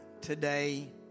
today